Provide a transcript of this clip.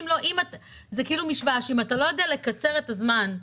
אם אתם לא יודעים לעשות עד עכשיו,